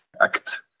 act